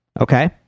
Okay